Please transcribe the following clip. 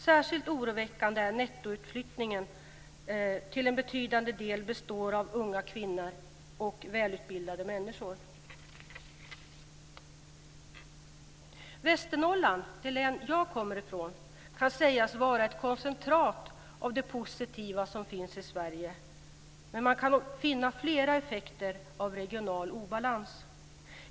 Särskilt oroväckande är nettoutflyttningen som till en betydande del består av unga kvinnor och välutbildade människor. Västernorrlands län, det län jag kommer ifrån, kan sägas vara ett koncentrat av det positiva som finns i Sverige, men man kan finna flera effekter av regional obalans.